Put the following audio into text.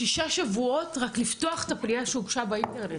שישה שבועות לוקח רק לפתוח את הפנייה שהוגשה באינטרנט.